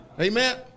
Amen